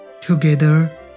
Together